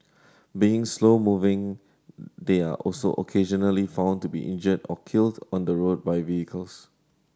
being slow moving they are also occasionally found to be injured or killed on the road by vehicles